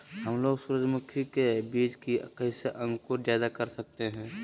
हमलोग सूरजमुखी के बिज की कैसे अंकुर जायदा कर सकते हैं?